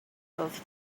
both